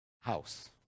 house